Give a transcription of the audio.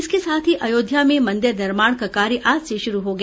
इसके साथ ही अयोध्या में मन्दिर निर्माण का कार्य आज से शुरू हो गया